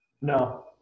no